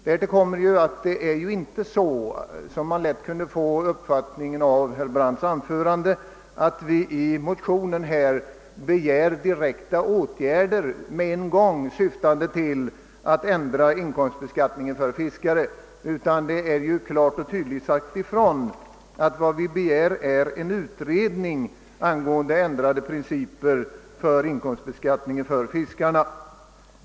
Av herr Brandts anförande kunde man lätt få den uppfattningen, att vi i motionen begär omedelbara direkta åtgärder syftande till att ändra in komstbeskattningen för fiskare. Så är inte fallet. Vad vi begär är att få till stånd en utredning angående ändrade principer för inkomstbeskattningen för fiskarna.